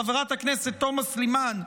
חברת הכנסת תומא סלימאן,